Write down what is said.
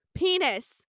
penis